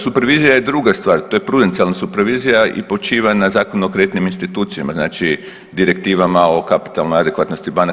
Supervizija je druga stvar, to je prutencijalna supervizija i počiva na Zakonu o kreditnim institucijama, znači Direktivama o kapitalnoj adekvatnosti banaka.